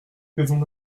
faisons